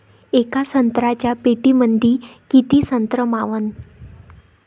येका संत्र्याच्या पेटीमंदी किती संत्र मावन?